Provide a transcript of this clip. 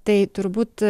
tai turbūt